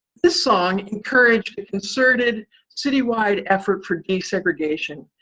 this song encouraged the concerted city-wide effort for desegregation,